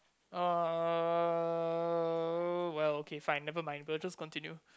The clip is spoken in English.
uh well okay fine nevermind we'll just continue